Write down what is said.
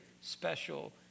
special